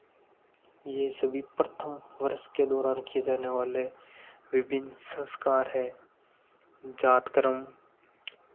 ये सभी प्रथम वर्ष के दौरान किया जानेवाले विभिन्न संस्कार है जातकर्म